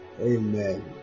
Amen